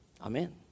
Amen